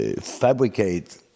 fabricate